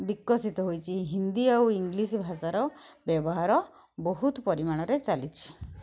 ବିକଶିତ ହୋଇଛି ହିନ୍ଦୀ ଆଉ ଇଂଲିଶ୍ ଭାଷାର ବ୍ୟବହାର ବହୁତ ପରିମାଣରେ ଚାଲିଛି